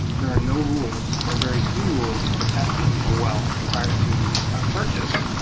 there are no rules or very few rules for testing a well prior to a purchase,